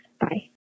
Bye